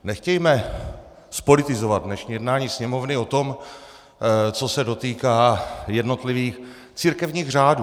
Nechtějme zpolitizovat dnešní jednání Sněmovny o tom, co se dotýká jednotlivých církevních řádů.